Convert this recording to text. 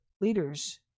leaders